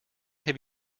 have